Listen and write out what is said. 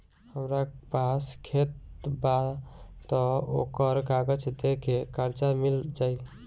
हमरा पास खेत बा त ओकर कागज दे के कर्जा मिल जाई?